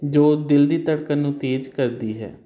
ਜੋ ਦਿਲ ਦੀ ਧੜਕਨ ਨੂੰ ਤੇਜ ਕਰਦੀ ਹੈ